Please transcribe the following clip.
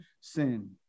sin